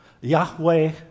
Yahweh